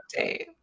update